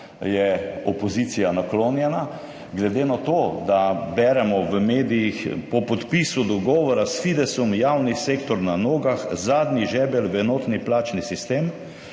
je opozicija naklonjena, glede na to, da beremo v medijih: »Po podpisu dogovora s Fidesom javni sektor na nogah: »Zadnji žebelj v enotni plačni sistem«.«